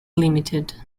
limited